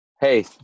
hey